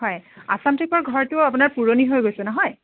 হয় আচাম টাইপৰ ঘৰটো আপোনাৰ পুৰণি হৈ গৈছে নহয়